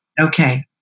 Okay